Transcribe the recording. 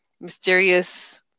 mysterious